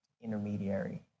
intermediary